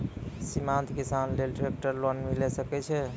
सीमांत किसान लेल ट्रेक्टर लोन मिलै सकय छै?